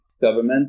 government